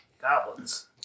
Goblins